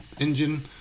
engine